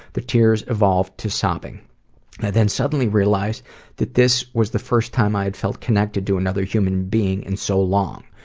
the tears evolve to sobbing. i then suddenly realise that this was the first time i'd felt connected to another human being in so long.